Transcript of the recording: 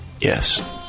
Yes